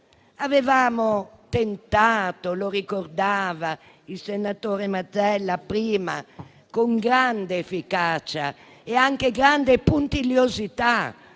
un tentativo - lo ricordava il senatore Mazzella prima - con grande efficacia e anche grande puntigliosità